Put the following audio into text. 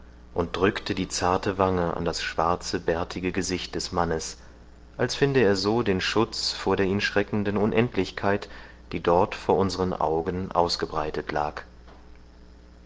und drückte die zarte wange an das schwarze bärtige gesicht des mannes als finde er so den schutz vor der ihn schreckenden unendlichkeit die dort vor unseren augen ausgebreitet lag